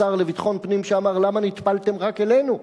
השר לביטחון פנים: למה נטפלתם רק אלינו?